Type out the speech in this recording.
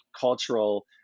cultural